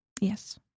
Yes